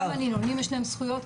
גם לנילונים יש זכויות.